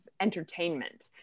entertainment